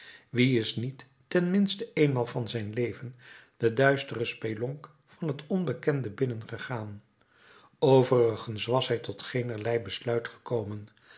wie is niet ten minste éénmaal van zijn leven de duistere spelonk van het onbekende binnengegaan overigens was hij tot geenerlei besluit gekomen